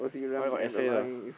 why got essay the